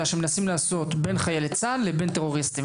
שמנסים לעשות בין חיילי צה"ל לבין טרוריסטים,